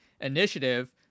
initiative